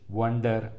wonder